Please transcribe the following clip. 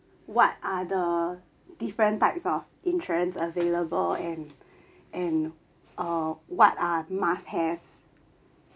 what are the different types of insurance available and and err what are must have